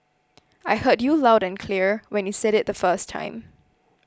I heard you loud and clear when you said it the first time